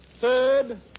Third